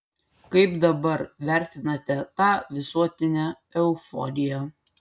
kaip dabar vertinate tą visuotinę euforiją